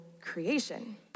creation